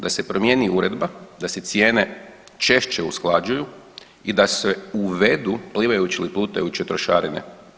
Da se promijeni uredba, da se cijene češće usklađuju i da se uvedu plivajuće ili plutajuće trošarine.